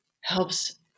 helps